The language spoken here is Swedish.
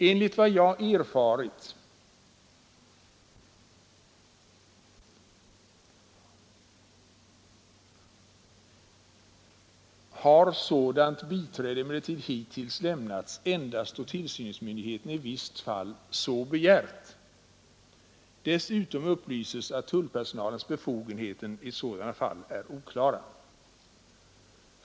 Enligt vad jag erfarit har sådant biträde emellertid hittills lämnats endast då tillsynsmyndigheten i visst fall så begärt. Dessutom upplyses att tullpersonalens befogenheter i sådana fall är oklara.